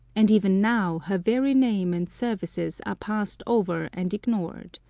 and even now her very name and services are passed over and ignored.